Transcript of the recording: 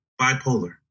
Bipolar